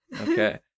okay